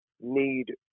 need